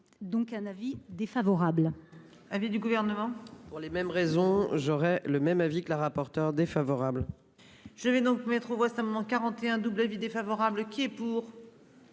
donc un avis défavorable. Avis du gouvernement, pour les mêmes raisons, j'aurais le même avis que le rapporteur défavorable. Je vais donc mettre aux voix sa maman. 41 double avis défavorable qui est pour.